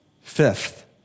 Fifth